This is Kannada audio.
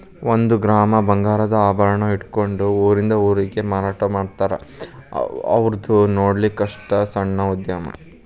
ಒಂದ ಗ್ರಾಮ್ ಬಂಗಾರದ ಆಭರಣಾ ಇಟ್ಕೊಂಡ ಊರಿಂದ ಊರಿಗೆ ಮಾರಾಟಾಮಾಡ್ತಾರ ಔರ್ದು ನೊಡ್ಲಿಕ್ಕಸ್ಟ ಸಣ್ಣ ಉದ್ಯಮಾ